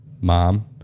mom